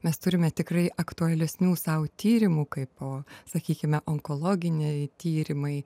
mes turime tikrai aktualesnių sau tyrimų kaipo sakykime onkologiniai tyrimai